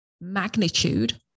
magnitude